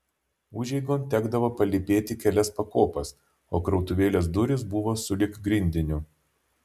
užeigon tekdavo palypėti kelias pakopas o krautuvėlės durys buvo sulig grindiniu